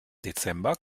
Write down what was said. dezember